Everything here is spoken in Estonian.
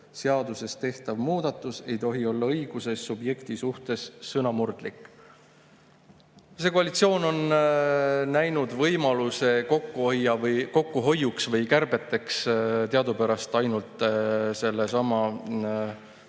Seaduses tehtav muudatus ei tohi olla õiguse subjekti suhtes sõnamurdlik. See koalitsioon on näinud võimalust kokkuhoiuks või kärbeteks teadupärast ainult sellesama laste-